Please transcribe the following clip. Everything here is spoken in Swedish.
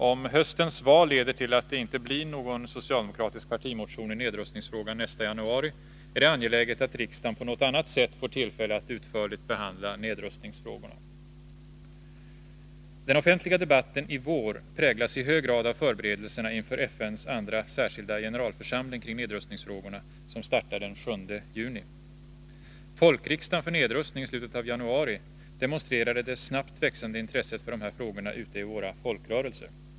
Om höstens val leder till att det inte blir någon socialdemokratisk partimotion i nedrustningsfrågan nästa januari, är det angeläget att riksdagen på något annat sätt får tillfälle att utförligt behandla nedrustningsfrågorna. Den offentliga debatten i vår präglas i hög grad av förberedelserna inför FN:s andra särskilda generalförsamling kring nedrustningsfrågorna som startar den 7 juni. Folkriksdagen för nedrustning i slutet av januari demonstrerade det snabbt växande intresset för de här frågorna ute i våra folkrörelser.